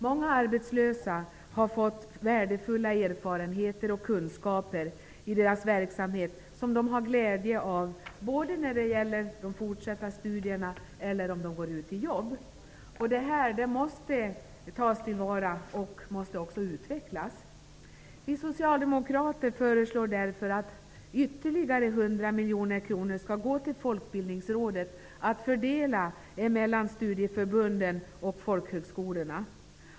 Många arbetslösa har fått värdefulla erfarenheter och kunskaper som de har haft glädje av, både när det gäller fortsatta studier och när det gäller att gå ut i jobb. Detta måste tas till vara och också utvecklas. Vi socialdemokrater föreslår därför att ytterligare 100 miljoner kronor skall gå till Folkbildningsrådet, att fördela mellan studieförbunden och folkhögskolorna.